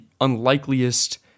unlikeliest